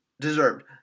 deserved